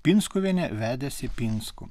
pinskuviene vedėsi pinskų